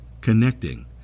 connecting